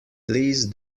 please